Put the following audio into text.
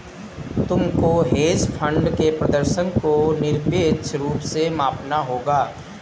तुमको hedge fund के प्रदर्शन को निरपेक्ष रूप से मापना होगा